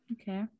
okay